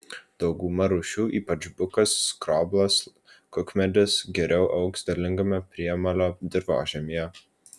dauguma rūšių ypač bukas skroblas kukmedis geriau augs derlingame priemolio dirvožemyje